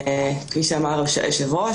כפי שאמר היושב-ראש,